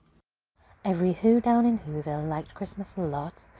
every who down in whoville liked christmas a lot.